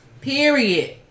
Period